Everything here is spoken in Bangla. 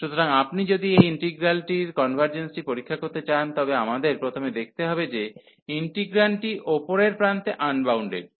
সুতরাং আপনি যদি এই ইন্টিগ্রালটির কনভার্জেন্সটি পরীক্ষা করতে চান তবে আমাদের প্রথমে দেখতে হবে যে ইন্টিগ্রান্ডটি উপরের প্রান্তে আনবাউন্ডেড